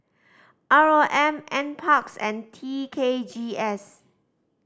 R O M Nparks and T K G S